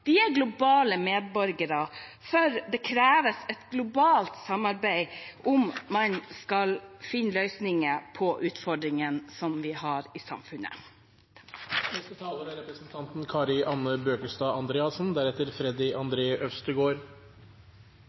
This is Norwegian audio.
De er globale medborgere. Og det kreves et globalt samarbeid om vi skal finne løsninger på de utfordringene vi har i samfunnet. I trontalen ble det vist til at et av regjeringens mål er